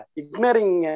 ignoring